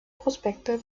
prospekte